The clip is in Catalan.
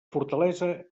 fortalesa